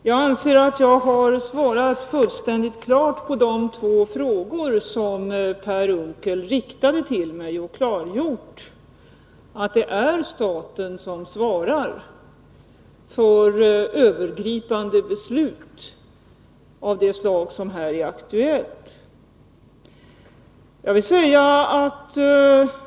Herr talman! Jag anser att jag har svarat fullständigt klart på de två frågor som Per Unckel riktade till mig. Jag har klargjort att det är staten som svarar för övergripande beslut av det slag som här är aktuellt.